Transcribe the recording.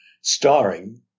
starring